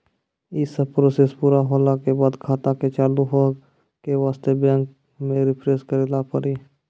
यी सब प्रोसेस पुरा होला के बाद खाता के चालू हो के वास्ते बैंक मे रिफ्रेश करैला पड़ी?